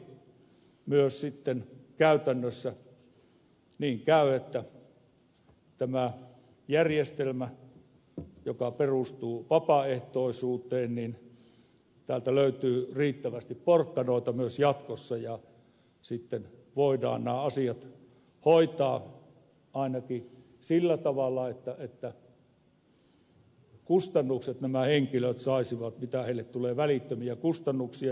toivottavasti myös sitten käytännössä niin käy että tähän järjestelmään joka perustuu vapaaehtoisuuteen täältä löytyy riittävästi porkkanoita myös jatkossa ja sitten voidaan nämä asiat hoitaa ainakin sillä tavalla että nämä henkilöt saisivat korvauksia siitä mitä heille tulee välittömiä kustannuksia